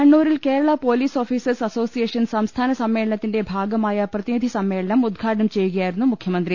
കണ്ണൂരിൽ Kerala police officers association സംസ്ഥാന സമ്മേളനത്തിന്റെ ഭാഗമായ പ്രതിനിധി സമ്മേളനം ഉദ്ഘാടനം ചെയ്യുകയായിരുന്നു മുഖ്യമന്ത്രി